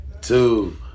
two